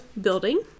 building